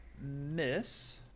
miss